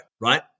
right